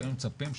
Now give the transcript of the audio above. והיינו מצפים,